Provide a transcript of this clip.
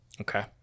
Okay